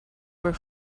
were